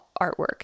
artwork